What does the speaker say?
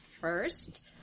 first